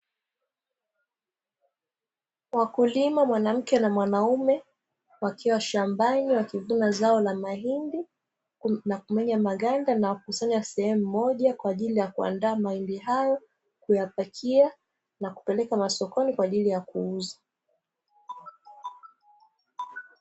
Wakulima mwanamke na mwanaume wakiwa shambani wakivuna zao la mahindi na kumenya maganda na kukusanya sehemu moja kwa ajili ya kuandaa mahindi hayo, kupakia na kupeleka masokoni kwa ajili ya kuuza.